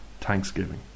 Thanksgiving